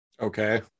okay